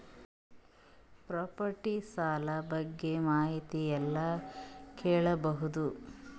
Property ಸಾಲ ಬಗ್ಗೆ ಮಾಹಿತಿ ಎಲ್ಲ ಕೇಳಬಹುದು?